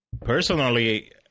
Personally